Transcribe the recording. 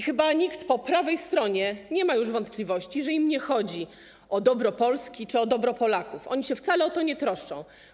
Chyba nikt po prawej stronie nie ma już wątpliwości, że im nie chodzi o dobro Polski czy o dobro Polaków, oni się wcale o to nie troszczą.